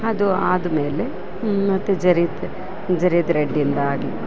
ಅದು ಆದ ಮೇಲೆ ಮತ್ತೆ ಜರಿ ತ್ತೆ ಜರಿ ತ್ರೆಡ್ಡಿಂದಾಗಿ